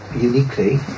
uniquely